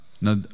Now